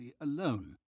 Alone